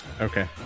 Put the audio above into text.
okay